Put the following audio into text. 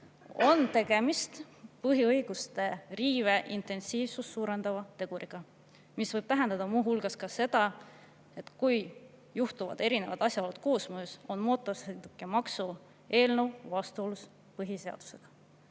on tegemist põhiõiguste riive intensiivsust suurendava teguriga. See võib tähendada muu hulgas ka seda, et erinevate asjaolude koosmõjus on mootorsõidukimaksu eelnõu vastuolus põhiseadusega.